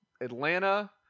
Atlanta